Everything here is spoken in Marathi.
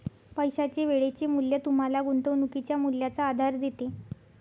पैशाचे वेळेचे मूल्य तुम्हाला गुंतवणुकीच्या मूल्याचा आधार देते